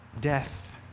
death